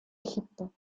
egipto